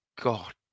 God